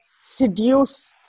seduce